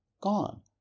gone